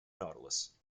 nautilus